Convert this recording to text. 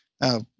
Now